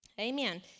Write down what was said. Amen